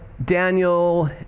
Daniel